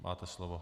Máte slovo.